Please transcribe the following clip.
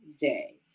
day